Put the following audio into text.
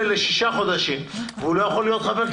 לשישה חודשים והוא לא יכול להיות חבר כנסת.